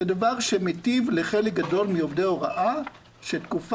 זה דבר שמיטיב עם חלק גדול מעובדי ההוראה שתקופת